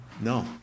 No